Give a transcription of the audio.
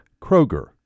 Kroger